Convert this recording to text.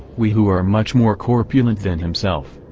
we who are much more corpulent than himself,